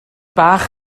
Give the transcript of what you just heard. bach